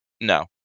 No